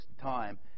time